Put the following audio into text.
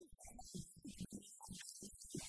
נשאר רק במערכת הקואורדינטות